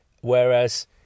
Whereas